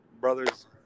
brothers